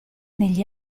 negli